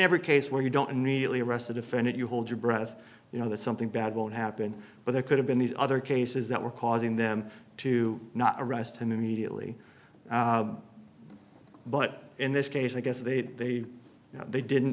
every case where you don't need to arrest the defendant you hold your breath you know that something bad won't happen but there could have been these other cases that were causing them to not arrest him immediately but in this case i guess they they they didn't